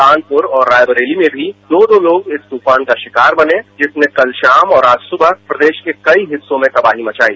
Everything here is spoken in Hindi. कानुपर और रायबरेली में भी दो दो लोग इस तूफान का शिकार बनें जिसने कल शाम और आज सुबह देश के कई हिस्सों में तबाही मचाई